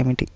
ఏమిటి?